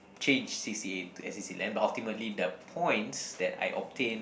change c_c_a to n_c_c Land but ultimately the points that I obtain